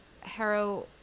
Harrow